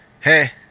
Hey